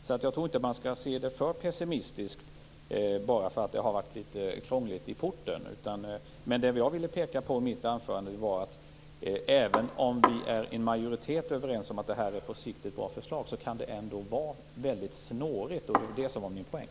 Jag tror alltså inte att man bör se alltför pessimistiskt på detta bara därför att det har varit litet krångligt i porten. Vad jag ville peka på med mitt anförande var att även om vi i en majoritet är överens om att det på sikt är ett bra förslag, kan det ändå vara väldigt snårigt. Det var min poäng.